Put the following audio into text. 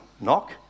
Knock